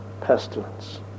pestilence